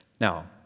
Now